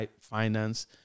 finance